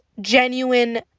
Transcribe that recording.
genuine